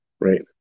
Right